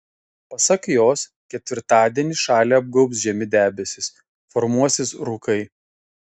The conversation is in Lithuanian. pasak jos ketvirtadienį šalį apgaubs žemi debesys formuosis rūkai